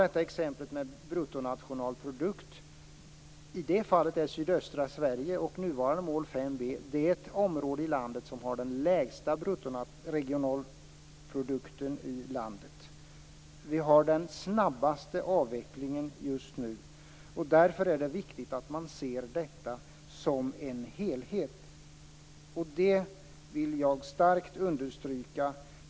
Ta exemplet med bruttoregionalprodukt. I det fallet är sydöstra Sverige och nuvarande mål 5 b det område i landet som har den lägsta bruttoregionalprodukten. Vi har den snabbaste avvecklingen just nu. Därför är det viktigt att man ser detta som en helhet. Det vill jag starkt understryka.